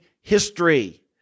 history